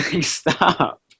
stop